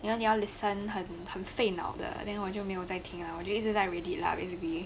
then 你要很很费脑的 then 我就没有再听了我就一直在 legit lah basically